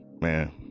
man